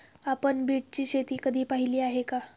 आपण बीटची शेती कधी पाहिली आहे का?